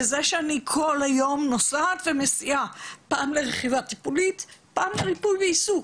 וזה שאני כל היום נוסעת ומסיעה פעם לרכיבה טיפולית ופעם ריפוי בעיסוק,